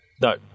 No